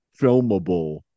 filmable